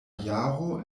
jaro